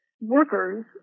workers